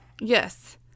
Yes